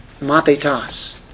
Matitas